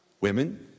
Women